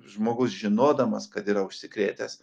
žmogus žinodamas kad yra užsikrėtęs